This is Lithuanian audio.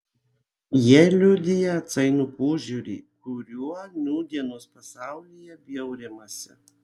jie liudija atsainų požiūrį kuriuo nūdienos pasaulyje bjaurimasi